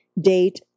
date